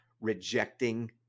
rejecting